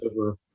over